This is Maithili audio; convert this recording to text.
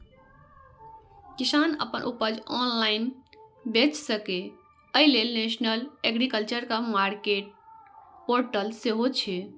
किसान अपन उपज ऑनलाइन बेच सकै, अय लेल नेशनल एग्रीकल्चर मार्केट पोर्टल सेहो छै